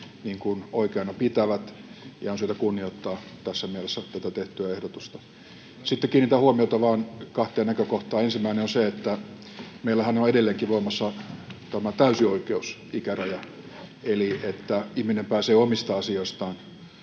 oikeana pitävät ja on syytä kunnioittaa tässä mielessä tätä tehtyä ehdotusta. Sitten kiinnitän vaan huomiota kahteen näkökohtaan: Ensimmäinen on se, että meillähän on edelleenkin voimassa tämä täysi-ikäisyyden raja eli että ihminen pääsee omista asioistaan